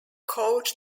coached